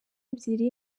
ebyiri